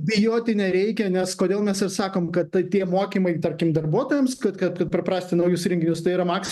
bijoti nereikia nes kodėl mes ir sakom kad tie mokymai tarkim darbuotojams kad kad perprasti naujus įrenginius tai yra max